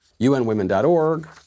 unwomen.org